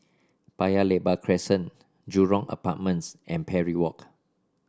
Paya Lebar Crescent Jurong Apartments and Parry Walk